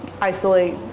isolate